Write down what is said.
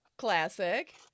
Classic